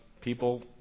people